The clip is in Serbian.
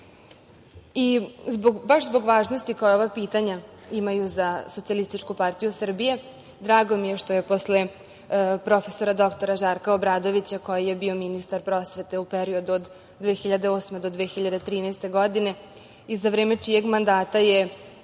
zbog važnosti koje ova pitanja imaju za SPS, drago mi je što je posle prof. dr Žarka Obradovića, koji je bio ministar prosvete u periodu od 2008. do 2013. godine, i za vreme čijeg mandata je